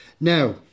Now